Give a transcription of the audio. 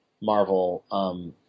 Marvel